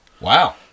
Wow